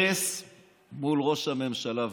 וארס מול ראש הממשלה והליכוד.